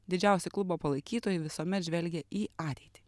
didžiausi klubo palaikytojai visuomet žvelgia į ateitį